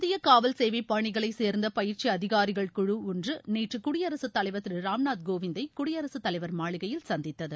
இந்திய காவல் சேவை பணிகளை சேர்ந்த பயிற்சி அதிகாரிகள் குழு ஒன்று நேற்று குடியரசு தலைவர் திரு ராம்நாத் கோவிந்தை குடியரசு தலைவர் மாளிகையில் சந்தித்தது